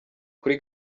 kuri